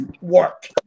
work